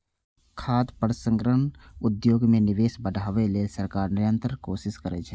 खाद्य प्रसंस्करण उद्योग मे निवेश बढ़ाबै लेल सरकार निरंतर कोशिश करै छै